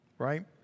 right